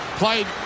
Played